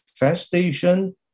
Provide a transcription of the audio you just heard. manifestation